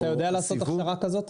אתה יודע לעשות הכשרה כזאת?